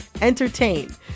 entertain